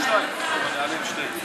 שלך.